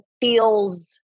feels